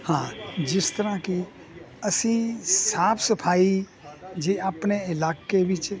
ਹਾਂ ਜਿਸ ਤਰ੍ਹਾਂ ਕਿ ਅਸੀਂ ਸਾਫ਼ ਸਫਾਈ ਜੇ ਆਪਣੇ ਇਲਾਕੇ ਵਿੱਚ